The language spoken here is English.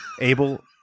Abel